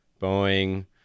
Boeing